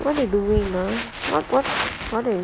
what you doing now what what